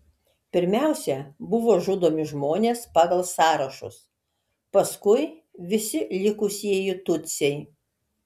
pirmiausia buvo žudomi žmonės pagal sąrašus paskui visi likusieji tutsiai